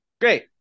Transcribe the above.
great